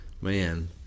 man